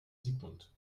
sigmund